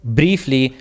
briefly